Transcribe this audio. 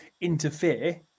interfere